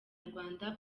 nyarwanda